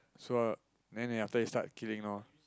so then they after start killing and all